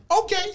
Okay